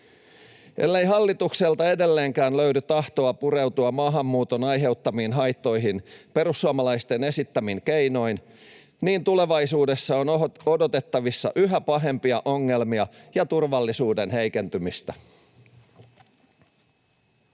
Ellei hallitukselta edelleenkään löydy tahtoa pureutua maahanmuuton aiheuttamiin haittoihin perussuomalaisten esittämin keinoin, niin tulevaisuudessa on odotettavissa yhä pahempia ongelmia ja turvallisuuden heikentymistä.